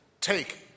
take